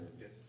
Yes